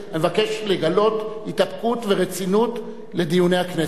אני מבקש לגלות התאפקות ורצינות בדיוני הכנסת.